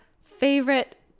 favorite